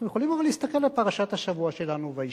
אבל אנחנו יכולים להסתכל בפרשת השבוע שלנו, וישלח: